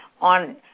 on